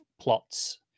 plots